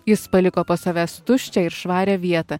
jis paliko po savęs tuščią ir švarią vietą